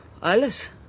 Alles